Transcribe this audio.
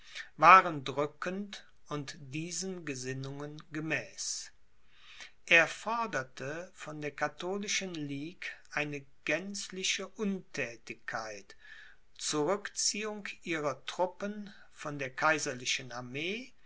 waren drückend und diesen gesinnungen gemäß er forderte von der katholischen ligue eine gänzliche unthätigkeit zurückziehung ihrer truppen von der kaiserlichen armee